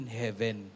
heaven